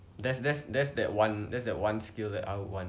that's that's that's that one that's that one skill that I would want